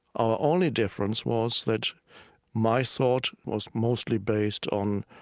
our only difference was that my thought was mostly based on